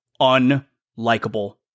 unlikable